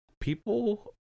people